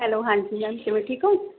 hello ਹਾਂਜੀ ma'am ਕਿਵੇਂ ਠੀਕ ਓਂ